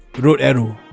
road arrows